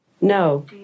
No